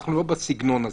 אנחנו לא בסגנון הזה.